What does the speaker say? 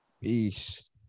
Peace